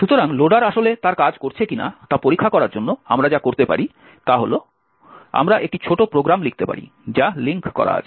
সুতরাং লোডার আসলে তার কাজ করছে কিনা তা পরীক্ষা করার জন্য আমরা যা করতে পারি তা হল আমরা একটি ছোট প্রোগ্রাম লিখতে পারি যা লিঙ্ক করা আছে